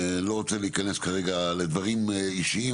אני לא רוצה להיכנס כרגע לדברים אישיים,